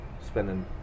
spending